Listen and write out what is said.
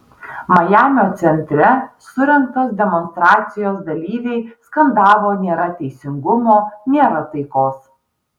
majamio centre surengtos demonstracijos dalyviai skandavo nėra teisingumo nėra taikos